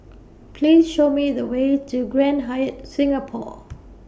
Please Show Me The Way to Grand Hyatt Singapore